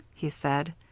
he said.